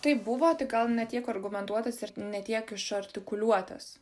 taip buvo tik gal ne tiek argumentuotas ir ne tiek išartikuliuotas